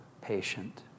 patient